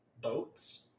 boats